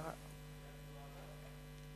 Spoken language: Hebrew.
התרבות והספורט